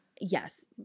Yes